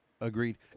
Agreed